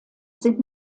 sind